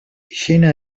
llena